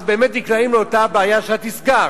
אז באמת נקלעים לאותה בעיה שאת הזכרת.